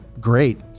great